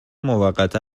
موقتا